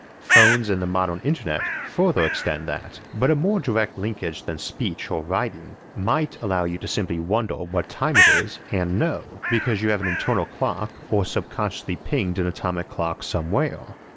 phones and the modern internet further extend that, but a more direct linkage than speech or writing might allow you to simply wonder what time it is and know, because you have an internal clock or subconsciously pinged an atomic clock somewhere.